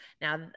Now